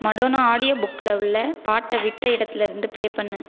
Madonna audio புக்கில் உள்ள பாட்டை விட்ட இடத்தில் இருந்து பிளே பண்ணு